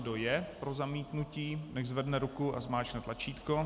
Kdo je pro zamítnutí, nechť zvedne ruku a zmáčkne tlačítko.